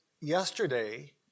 yesterday